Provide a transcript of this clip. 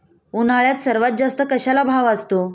उन्हाळ्यात सर्वात जास्त कशाला भाव असतो?